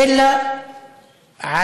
אלא על